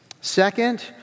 Second